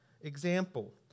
example